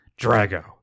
Drago